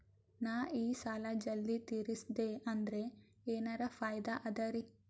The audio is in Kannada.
ನಾ ಈ ಸಾಲಾ ಜಲ್ದಿ ತಿರಸ್ದೆ ಅಂದ್ರ ಎನರ ಫಾಯಿದಾ ಅದರಿ?